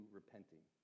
repenting